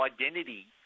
identity